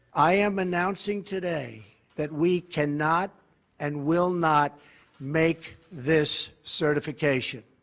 i am announcing today that we cannot and will not make this certification.